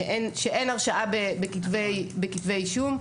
שאין הרשעה בכתבי אישום,